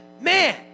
Man